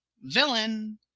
villain